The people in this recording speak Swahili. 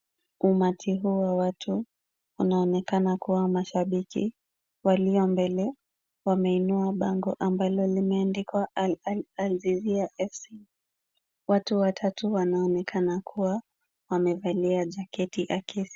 Umati huu wa watu unaonekana kuwa mashabiki walio mbele wameinua bango ambalo limeandikwa Al-Azizia FC. Watu watatu wanaonekana kuwa wamevalia jaketi akisi.